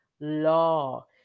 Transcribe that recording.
law